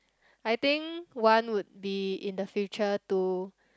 I think one would be in the future to